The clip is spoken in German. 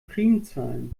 primzahlen